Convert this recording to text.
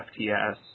FTS